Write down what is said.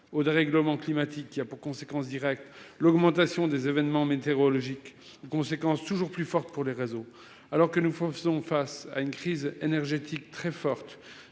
au dérèglement climatique qui a pour conséquence directe l'augmentation des événements météorologiques ayant un impact toujours plus fort sur les réseaux et que nous faisons face à une crise énergétique majeure